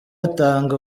atanga